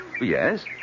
Yes